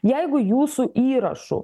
jeigu jūsų įrašu